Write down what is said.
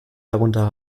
drunter